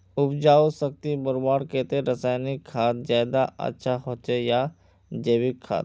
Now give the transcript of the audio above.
उपजाऊ शक्ति बढ़वार केते रासायनिक खाद ज्यादा अच्छा होचे या जैविक खाद?